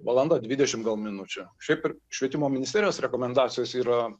valanda dvidešim minučių šiaip ir švietimo ministerijos rekomendacijos yra